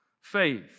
faith